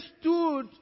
stood